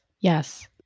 Yes